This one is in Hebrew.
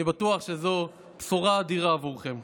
אני בטוח שזו בשורה אדירה בעבורכם.